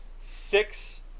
six